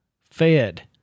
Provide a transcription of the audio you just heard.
fed